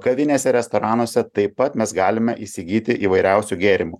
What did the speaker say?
kavinėse restoranuose taip pat mes galime įsigyti įvairiausių gėrimų